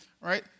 right